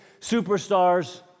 superstars